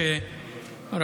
תודה רבה.